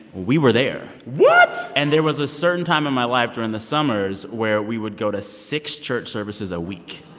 we were there what? and there was a certain time in my life during the summers where we would go to six church services a week